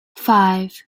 five